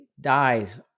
dies